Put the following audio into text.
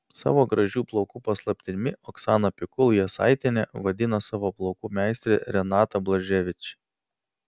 savo gražių plaukų paslaptimi oksana pikul jasaitienė vadina savo plaukų meistrę renatą blaževič